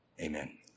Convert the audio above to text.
Amen